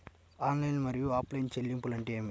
Online మరియు offline చెల్లింపులు అంటే ఏమిటి?